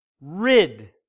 rid